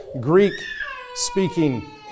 Greek-speaking